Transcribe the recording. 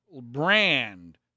brand